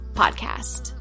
podcast